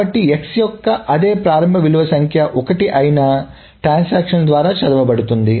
కాబట్టి x యొక్క అదే ప్రారంభ విలువ సంఖ్య 1 అయిన ట్రాన్సాక్షన్ల ద్వారా చదవబడుతుంది